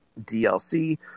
DLC